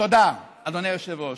תודה, אדוני היושב-ראש.